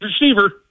receiver